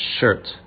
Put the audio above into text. shirt